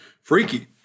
freaky